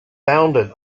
bounded